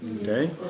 Okay